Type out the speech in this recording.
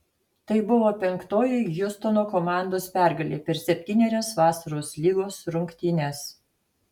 tai buvo penktoji hjustono komandos pergalė per septynerias vasaros lygos rungtynes